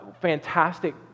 fantastic